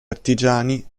artigiani